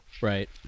Right